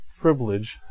privilege